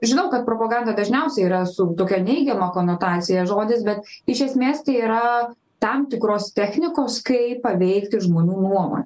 žinau kad propoganda dažniausiai yra su tokia neigiama konotacija žodis bet iš esmės tai yra tam tikros technikos kaip paveikti žmonių nuomon